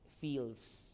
feels